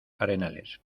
arenales